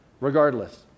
regardless